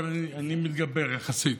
אבל אני מתגבר, יחסית.